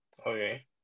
okay